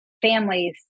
families